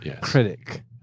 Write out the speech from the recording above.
critic